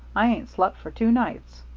i ain't slept for two nights.